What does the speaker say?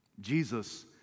Jesus